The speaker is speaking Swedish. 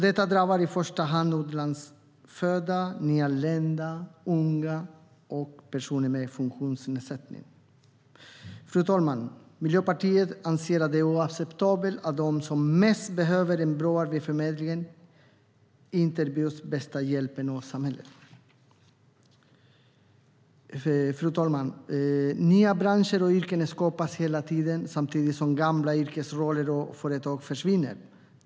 Detta drabbar i första hand utlandsfödda, nyanlända, unga och personer med funktionsnedsättning. Miljöpartiet anser att det är oacceptabelt att de som mest behöver en bra arbetsförmedling inte erbjuds bästa hjälpen av samhället. Fru talman! Nya branscher och yrken skapas hela tiden samtidigt som gamla yrkesroller och företag försvinner.